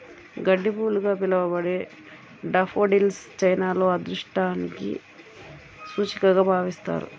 గడ్డిపూలుగా పిలవబడే డాఫోడిల్స్ చైనాలో అదృష్టానికి సూచికగా భావిస్తారు